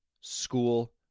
school